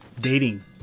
dating